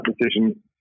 decision